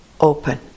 open